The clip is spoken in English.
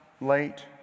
late